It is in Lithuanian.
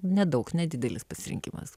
nedaug nedidelis pasirinkimas